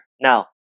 Now